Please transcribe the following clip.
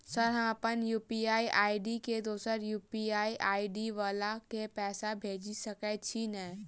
Sir हम अप्पन UPI ID सँ दोसर यु.पी.आई आई.डी वला केँ पैसा भेजि सकै छी नै?